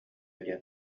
диэн